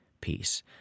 peace